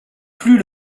plus